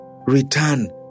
Return